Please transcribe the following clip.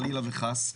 חלילה וחס,